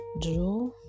Draw